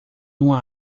uma